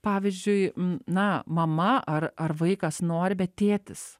pavyzdžiui na mama ar ar vaikas nori bet tėtis